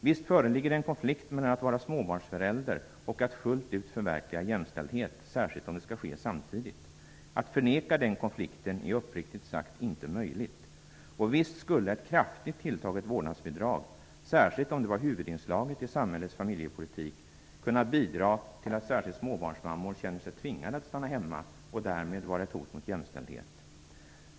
Visst föreligger det en konflikt mellan att vara småbarnsförälder och att fullt ut förverkliga jämställdhet, särskilt om det skall ske samtidigt. Att förneka den konflikten är uppriktigt sagt inte möjligt. Och visst skulle ett kraftigt tilltaget vårdnadsbidrag, särskilt om det var huvudinslaget i samhällets familjepolitik, kunna bidra till att särskilt småbarnsmammor känner sig tvingade att stanna hemma, och det skulle därmed vara ett hot mot jämställdhet.